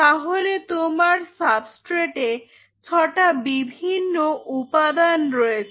তাহলে তোমার সাবস্ট্রেটে ছটা বিভিন্ন উপাদান রয়েছে